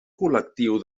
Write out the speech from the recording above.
col·lectiu